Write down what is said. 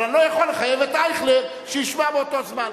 אבל אני לא יכול לחייב את אייכלר שישמע באותו זמן.